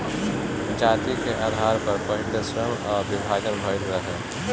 जाति के आधार पअ पहिले श्रम कअ विभाजन भइल रहे